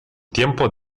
tiempo